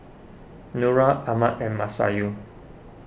Nura Ahmad and Masayu